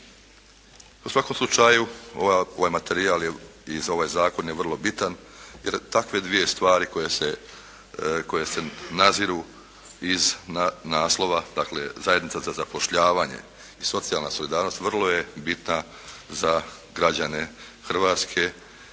U svakom slučaju ovaj materijal je i ovaj Zakon je vrlo bitan jer takve dvije stvari koje se, koje se nadziru iz naslova, dakle, zajednica za zapošljavanje i socijalna solidarnost vrlo je bitna za građane Hrvatske,